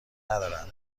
ندارم